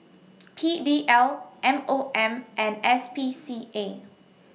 P D L M O M and S P C A